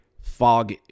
Fog